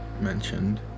mentioned